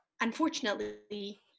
Unfortunately